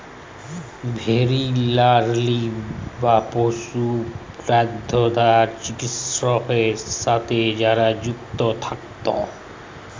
veterinary বা পশু প্রালিদ্যার চিকিৎছার সাথে যারা যুক্ত থাক্যে